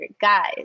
guys